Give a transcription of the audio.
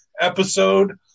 episode